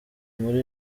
muri